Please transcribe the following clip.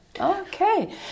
Okay